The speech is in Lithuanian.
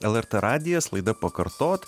lrt radijas laida pakartot